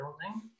building